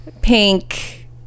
Pink